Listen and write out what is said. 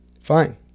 fine